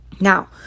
Now